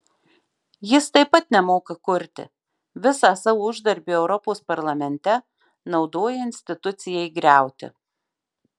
jis taip pat nemoka kurti visą savo uždarbį europos parlamente naudoja institucijai griauti